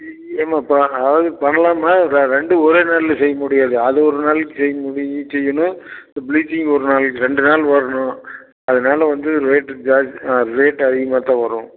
இ ஏம்மா பா அழகு பண்ணலாம்மா ரெ ரெண்டும் ஒரே நாளில் செய்ய முடியாது அது ஒரு நாளைக்கு செய்ய முடியும் செய்யணும் இந்த ப்ளீச்சிங் ஒரு நாளைக்கு ரெண்டு நாள் வரணும் அதனால் வந்து ரேட்டு ஜாஸ் ரேட்டு அதிகமாத்தான் வரும்